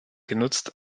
genutzt